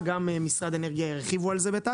משרד האנרגיה ירחיב על זה.